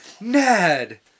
Ned